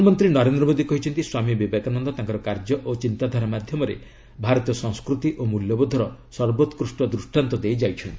ପ୍ରଧାନମନ୍ତ୍ରୀ ନରେନ୍ଦ୍ର ମୋଦି କହିଛନ୍ତି ସ୍ୱାମୀ ବିବେକାନନ୍ଦ ତାଙ୍କର କାର୍ଯ୍ୟ ଓ ଚିନ୍ତାଧାରା ମାଧ୍ୟମରେ ଭାରତୀୟ ସଂସ୍କୃତି ଓ ମୂଲ୍ୟବୋଧର ସର୍ବୋକୃଷ୍ଟ ଦୃଷ୍ଟାନ୍ତ ଦେଇଯାଇଛନ୍ତି